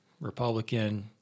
Republican